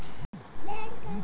भेड़ मे रिस्क कम बा